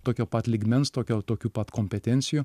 tokio pat lygmens tokio tokių pat kompetencijų